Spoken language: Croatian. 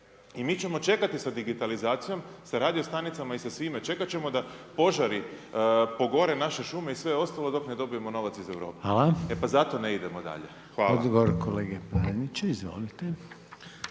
I mi ćemo čekati sa digitalizacijom, sa radiostanicama i sa svime, čekati ćemo da požari pogore naše šume i sve ostalo dok ne dobijemo novac iz Europe. E pa zato ne idemo dalje. Hvala. **Reiner, Željko (HDZ)** Hvala.